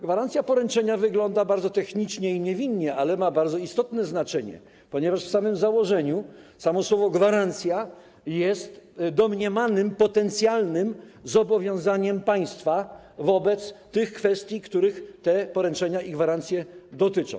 Gwarancja poręczenia wygląda bardzo technicznie i niewinnie, ale ma bardzo istotne znaczenie, ponieważ w samym założeniu samo słowo „gwarancja” jest domniemanym potencjalnym zobowiązaniem państwa wobec tych kwestii, których te poręczenia i gwarancje dotyczą.